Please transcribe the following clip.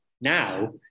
Now